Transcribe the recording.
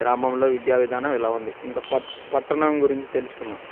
గ్రామంలో విద్యా విధానం ఎలా ఉంది ఇంక పట్ పట్టణం గురించి తెలుసుుకున్నాం